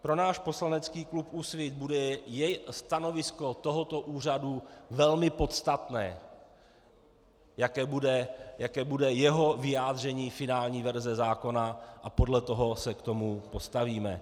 Pro náš poslanecký klub Úsvit bude stanovisko tohoto úřadu velmi podstatné, jaké bude jeho vyjádření k finální verzi zákona, a podle toho se k tomu postavíme.